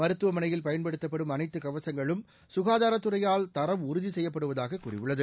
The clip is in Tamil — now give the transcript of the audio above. மருத்துவமனையில் பயன்படுத்தப்படும் அனைத்து கவசங்களும் சுகாதாரத் துறையால் தரம் உறுதி செய்யப்படுவதாக கூறியுள்ளது